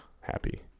happy